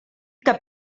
que